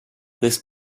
this